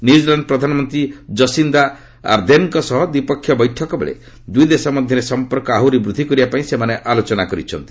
New Zealand ପ୍ରଧାନମନ୍ତ୍ରୀ Jacinda ଆର୍ଦେନ୍ଙ୍କ ସହ ଦ୍ୱୀପକ୍ଷ ବୈଠକ ବେଳେ ଦୁଇଦେଶ ମଧ୍ୟରେ ସମ୍ପର୍କ ଆହୁରି ବୃଦ୍ଧି କରିବା ପାଇଁ ସେମାନେ ଆଲୋନା କରିଛନ୍ତି